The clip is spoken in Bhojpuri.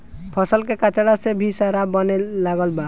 फसल के कचरा से भी शराब बने लागल बा